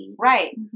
Right